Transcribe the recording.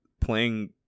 playing